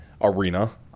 arena